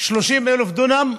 30,000 דונם?